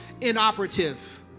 inoperative